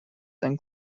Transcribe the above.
than